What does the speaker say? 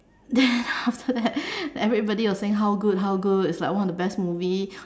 then after that everybody was saying like how good how good it's like one of the best movie